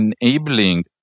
enabling